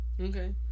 Okay